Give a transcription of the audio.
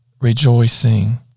rejoicing